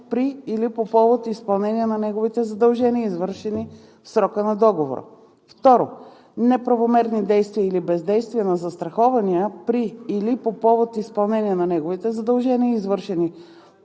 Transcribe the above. при или по повод изпълнение на неговите задължения, извършени в срока на договора; 2. неправомерни действия или бездействия на застрахования при или по повод изпълнение на неговите задължения, извършени